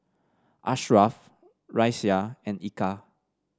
Ashraf Raisya and Eka